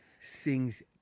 sings